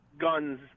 guns